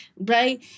right